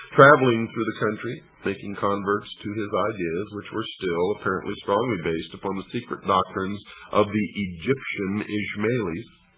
traveling through the country, making converts to his ideas, which were still apparently strongly based upon the secret doctrines of the egyptian ismailis.